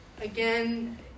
Again